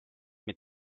meid